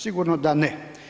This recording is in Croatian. Sigurno da ne.